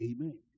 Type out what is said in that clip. Amen